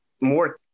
more